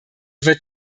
wird